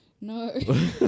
no